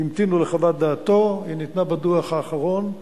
המתינו לחוות דעתו, היא ניתנה בדוח האחרון.